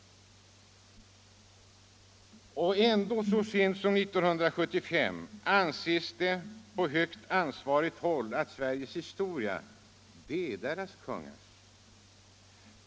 Men ändå anses det så sent som år 1975 på högst ansvarigt håll att Sveriges historia är dess konungars.